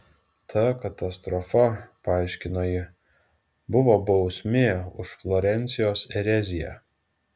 ta katastrofa paaiškino ji buvo bausmė už florencijos ereziją